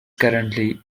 currently